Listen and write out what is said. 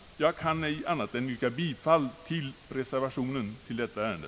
Jag kan ej annat än yrka bifall till reservationen i detta ärende.